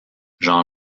jean